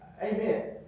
amen